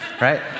right